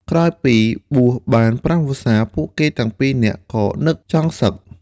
ក្រោយពីបួសបានប្រាំវស្សា ពួកគេទាំងពីរនាក់ក៏នឹកចង់សឹក។